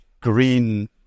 green